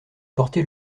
porter